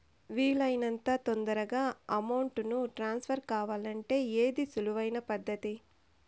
వీలు అయినంత తొందరగా అమౌంట్ ను ట్రాన్స్ఫర్ కావాలంటే ఏది సులువు అయిన పద్దతి